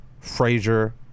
Frazier